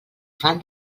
fan